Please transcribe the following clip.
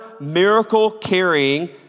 miracle-carrying